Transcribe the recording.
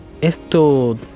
¿Esto